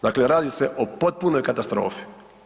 Dakle radi se o potpunoj katastrofi.